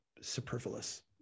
superfluous